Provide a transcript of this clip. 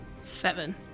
Seven